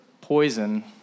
poison